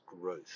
growth